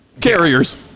Carriers